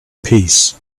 peace